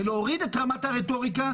ולהוריד את רמת הרטוריקה,